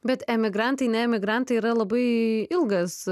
bet emigrantai ne emigrantai yra labai ilgas